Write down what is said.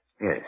Yes